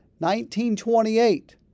1928